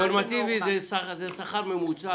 נורמטיבי זה שכר ממוצע